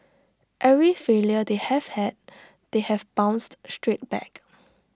every failure they have had they have bounced straight back